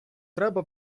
треба